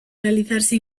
realizarse